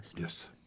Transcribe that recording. Yes